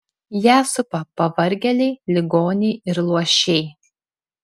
ją supa pavargėliai ligoniai ir luošiai